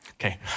Okay